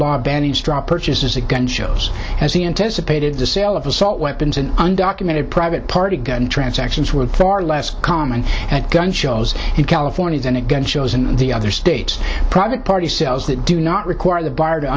law banning straw purchases at gun shows as he anticipated the sale of assault weapons and undocumented private party gun transactions were far less common at gun shows in california than a gun shows in the other states private party sales that do not require the buyer to